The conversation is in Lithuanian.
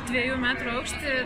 dviejų metrų aukštį